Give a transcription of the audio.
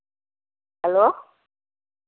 hello